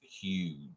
huge